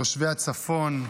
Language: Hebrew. תושבי הצפון,